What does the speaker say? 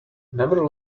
never